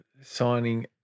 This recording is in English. Signing